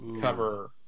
cover